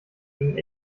gingen